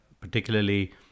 particularly